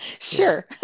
Sure